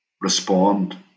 respond